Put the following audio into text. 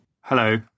Hello